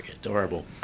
adorable